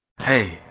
hey